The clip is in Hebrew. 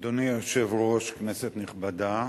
אדוני היושב-ראש, כנסת נכבדה,